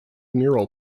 mural